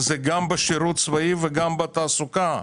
זה גם בשירות הצבאי וגם בתעסוקה.